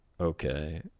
Okay